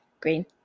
green